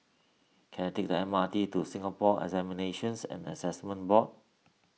can I take the M R T to Singapore Examinations and Assessment Board